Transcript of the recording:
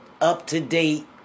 up-to-date